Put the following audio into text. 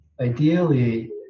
ideally